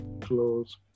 close